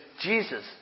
Jesus